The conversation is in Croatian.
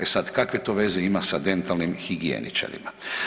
E sad kakve to veze ima sa dentalnim higijeničarima.